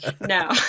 No